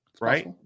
right